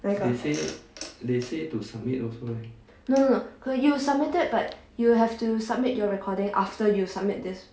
where got no no no you submitted but you have to submit your recording after you submit this